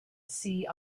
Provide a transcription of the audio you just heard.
sea